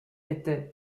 étaient